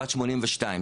בת 82,